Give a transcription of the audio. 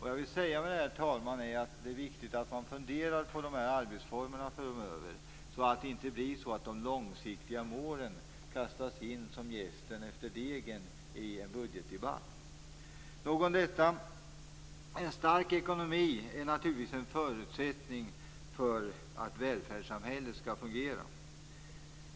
Jag vill säga, herr talman, att det är viktigt att fundera på de här arbetsformerna framöver så att det inte blir att de långsiktiga målen kastas in som jästen efter degen i en budgetdebatt. Nog om detta. En stark ekonomi är naturligtvis en förutsättning för att välfärdssamhället skall fungera.